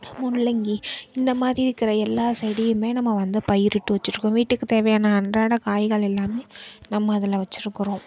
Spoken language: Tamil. முள்ளங்கி இந்த மாதிரி இருக்கிற எல்லா செடியுமே நம்ம வந்து பயிரிட்டு வச்சிருக்கோம் வீட்டுக்கு தேவையான அன்றாட காய்கள் எல்லாமே நம்ம அதில் வச்சிருக்கறோம்